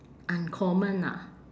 uncommon ah